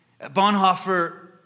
Bonhoeffer